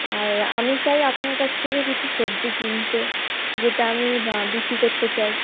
আর আমি চাই আপনার কাছ থেকে কিছু সবজি কিনতে যেটা আমি বা বিক্রি করতে চাই